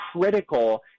critical